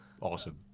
Awesome